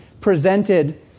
presented